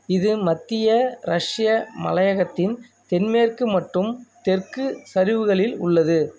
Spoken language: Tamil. இது மத்திய ரஷ்ய மலையகத்தின் தென்மேற்கு மற்றும் தெற்கு சரிவுகளில் உள்ளது